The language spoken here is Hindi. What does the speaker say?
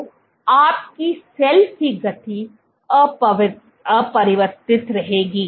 तो आपकी सेल की गति अपरिवर्तित रहेगी